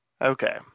Okay